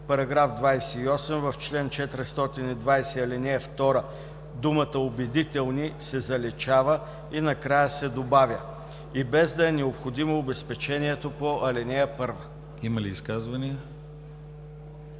Има ли изказване